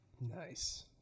Nice